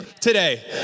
today